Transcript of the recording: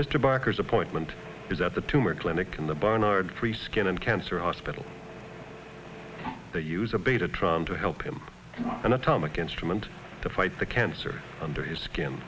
mr barker's appointment is at the tumor clinic in the barnard free skin and cancer hospital that use a beta trying to help him an atomic instrument to fight the cancer under his skin